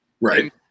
Right